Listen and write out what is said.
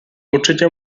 určitě